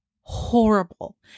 horrible